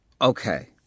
Okay